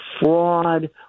fraud